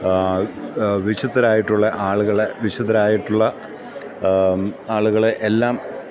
വിശുദ്ധരായിട്ടുള്ള ആളുകള് വിശുദ്ധരായിട്ടുള്ള ആളുകളെയെല്ലാം